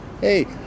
Hey